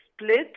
split